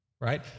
right